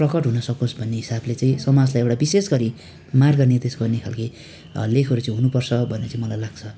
प्रकट हुन सकोस् भन्ने हिसाबले चाहिँ समाजलाई एउटा विशेष गरी मार्ग निर्देश गर्ने खाले लेखहरू चाहिँ हुनुपर्छ भन्ने चाहिँ मलाई लाग्छ